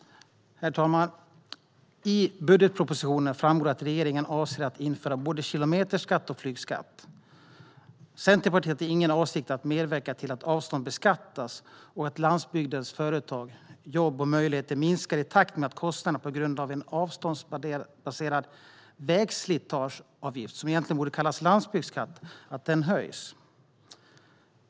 Herr talman! I budgetpropositionen framgår det att regeringen avser att införa både kilometerskatt och flygskatt. Centerpartiet har ingen avsikt att medverka till att avstånd beskattas och att landsbygdens företag, jobb och möjligheter minskar i takt med att kostnaderna på grund av en avståndsbaserad vägslitageavgift, som egentligen borde kallas landsbygdsskatt, höjs.